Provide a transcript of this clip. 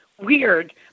weird